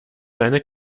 seine